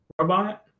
robot